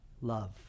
Love